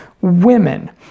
women